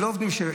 שלא עובדים,